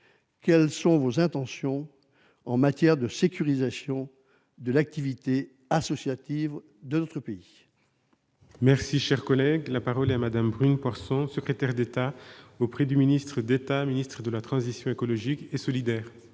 quelles sont vos intentions en matière de sécurisation de l'activité associative de notre pays ?